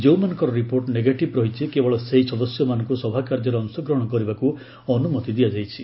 ଯେଉଁମାନଙ୍କର report negative ରହିଛି କେବଳ ସେହି ସଦସ୍ୟମାନଙ୍କୁ ସଭାକାର୍ଯ୍ୟରେ ଅଂଶଗ୍ରହଣ କରିବାକୁ ଅନୁମତି ଦିଆଯାଇଛି